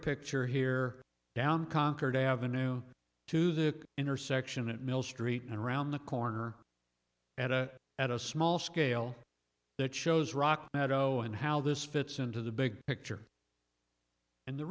picture here down concord avenue to the intersection at mill street and around the corner at a at a small scale that shows rock now doe and how this fits into the big picture and the